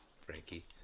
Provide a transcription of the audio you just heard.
Frankie